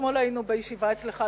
אתמול היינו בישיבה אצלך,